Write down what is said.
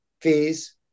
fees